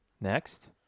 Next